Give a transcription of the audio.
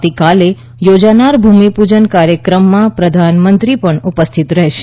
આવતીકાલે યોજાનાર ભૂમિપૂજન કાર્યક્રમમાં પ્રધાનમંત્રી પણ ઉપસ્થિત રહેશે